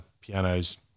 pianos